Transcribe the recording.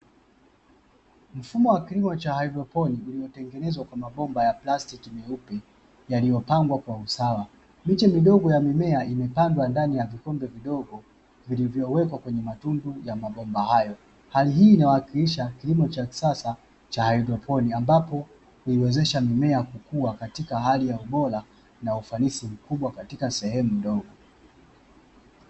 Mfumo wa kilimo cha haidroponi ulitengenezwa kwa mabomba ya plastiki meupe yaliyopangwa kwa usawa, miche midogo ya mimea imepandwa ndani ya vikombe vidogo yaliyowekwa ndani ya matundu ya mabomba hayo, hali hii inawakilisha kilimo cha kisasa cha haidroponoi ambapo uiwezesha mimea kukuwa katika hali ya ubora ufanisi mkubwa katika sehemu ndogo.